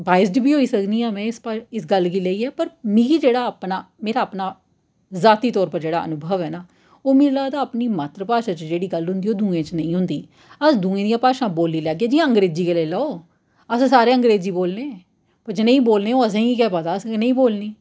वाइसड बी होई सकदियां आं में इस गल्लै गी लेइयै पर मिगी जेह्ड़ा अपना मेरा अपना जाति तौर पर जेह्ड़ा अनुभव ऐ न ओह् मिगी लगदा ऐ अपनी मातृ भाशा च गल्ल होंदा ऐ ओह् दूइयें च नेईं होंदी अस दूइयें दियां भाशां बोल्ली लैह्गे जियां अंग्रेजी गी लेई लैओ अस सारे अंग्रजी बोलने पर जनेही बोलने ओह् असें गी गै पता ऐ जे अस कनेही बोलने